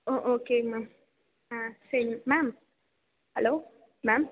உ ஓகேங்க மேம் ஆ சரி மேம் மேம் ஹலோ மேம்